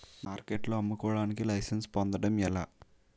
మార్కెట్లో అమ్ముకోడానికి లైసెన్స్ పొందడం ఎలా?